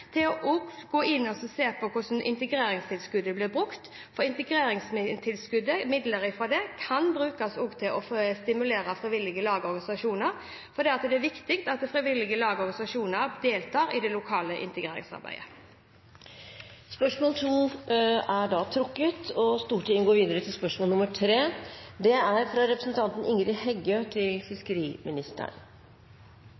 til å gå inn og se på hvordan integreringstilskuddet blir brukt, for midler fra integreringstilskuddet kan også brukes til å stimulere frivillige lag og organisasjoner. Det er viktig at frivillige lag og organisasjoner deltar i det lokale integreringsarbeidet. Dette spørsmålet er trukket tilbake. «Eg har merka meg at fiskeriministeren har sendt på høyring eit framlegg om differensierte marknadsavgiftssatsar til